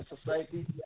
society